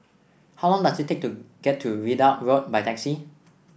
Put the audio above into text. how long does it take to get to Ridout Road by taxi